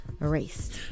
erased